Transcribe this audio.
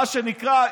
מה שנקרא,